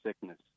sickness